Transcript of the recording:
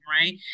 right